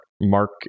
Mark